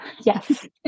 Yes